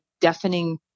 deafening